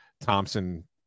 Thompson